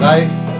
Life